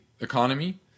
economy